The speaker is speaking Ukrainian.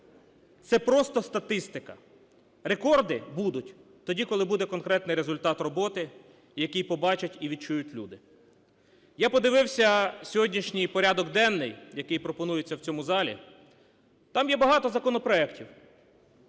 це просто статистика. Рекорди будуть тоді, коли буде конкретний результат роботи, який побачать і відчують люди. Я подивився сьогоднішній порядок денний, який пропонується в цьому залі. Там є багато законопроектів,